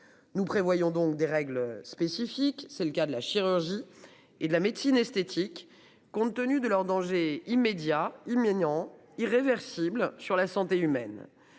Nous prévoyons donc des règles spécifiques. C'est le cas de la chirurgie et la médecine esthétique, compte tenu de leur danger immédiat humiliant irréversibles sur la santé humaine.